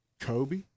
Kobe